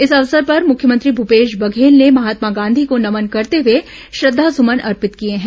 इस अवसर पर मुख्यमंत्री भूपेश बघेल ने महात्मा गांधी को नमन करते हुए श्रद्वासुमन अर्पित किए हैं